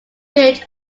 village